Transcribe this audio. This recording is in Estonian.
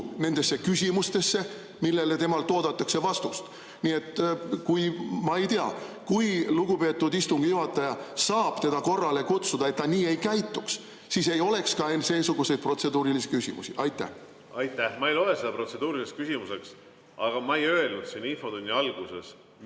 nendesse küsimustesse, millele temalt oodatakse vastust. Nii et ma ei tea, kui lugupeetud istungi juhataja saab teda korrale kutsuda, et ta nii ei käituks, siis ei oleks ka seesuguseid protseduurilisi küsimusi. Aitäh! Ma ei loe seda protseduuriliseks küsimuseks. Aga ma ei öelnud siin infotunni alguses